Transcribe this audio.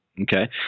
Okay